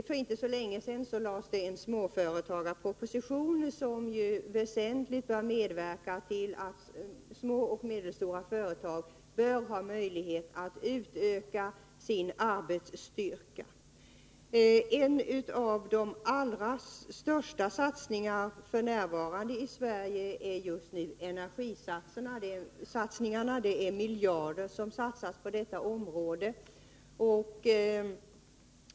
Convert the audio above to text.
För inte så länge sedan lades det en småföretagarproposition, som väsentligt har medverkat till att små och medelstora företag får möjligheter att utöka sin arbetsstyrka. En av de allra största satsningarna f. n. i Sverige är just nu energisatsningarna. Det är miljarder som satsas på detta område.